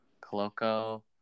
Coloco